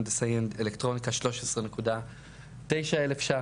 הנדסאי אלקטרוניקה 13.9 אלף ₪.